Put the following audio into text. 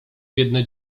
biedne